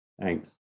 thanks